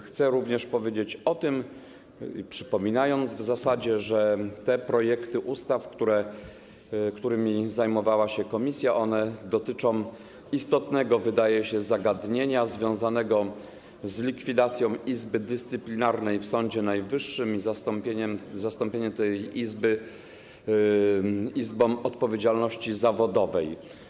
Chcę też powiedzieć, przypominając to w zasadzie, że te projekty ustaw, którymi zajmowała się komisja, dotyczą istotnego, wydaje się, zagadnienia związanego z likwidacją Izby Dyscyplinarnej w Sądzie Najwyższym i zastąpieniem tej Izby Izbą Odpowiedzialności Zawodowej.